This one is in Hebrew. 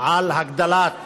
על הגדלת